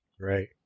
Right